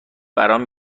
برام